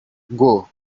ngo